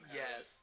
yes